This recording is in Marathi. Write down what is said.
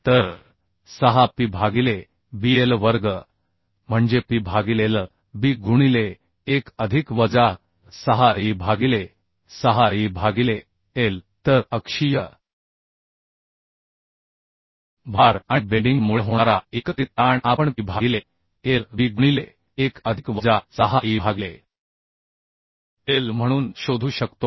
तर 6 p भागिले bl वर्ग म्हणजे p भागिले l b गुणिले 1 अधिक वजा 6 e भागिले 6 e भागिले l तर अक्षीय भार आणि बेंडिंग मुळे होणारा एकत्रित ताण आपण p भागिले l b गुणिले 1 अधिक वजा 6 e भागिले l म्हणून शोधू शकतो